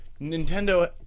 Nintendo